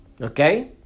Okay